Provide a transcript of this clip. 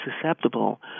susceptible